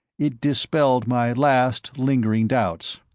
it dispelled my last, lingering doubts.